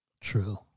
True